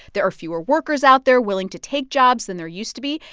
there are fewer workers out there willing to take jobs than there used to be.